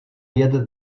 jet